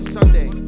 Sunday